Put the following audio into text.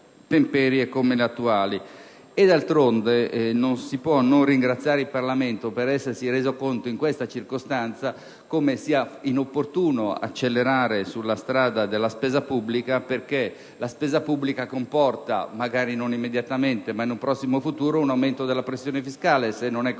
E, d'altronde, non si può non ringraziare il Parlamento per essersi reso conto in questa circostanza come sia inopportuno accelerare sulla strada della spesa pubblica, perché essa comporta - magari non immediatamente, ma in un prossimo futuro - un aumento della pressione fiscale, se non è compensata